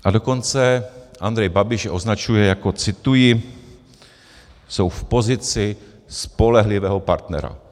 A dokonce Andrej Babiš je označuje jako cituji jsou v pozici spolehlivého partnera.